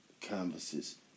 canvases